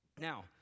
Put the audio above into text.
Now